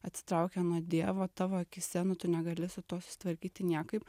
atsitraukia nuo dievo tavo akyse nu tu negali su tuo susitvarkyti niekaip